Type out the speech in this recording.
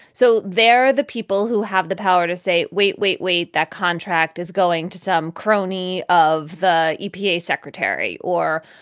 so they're the people who have the power to say, wait, wait, wait. that contract is going to some crony of the epa secretary or.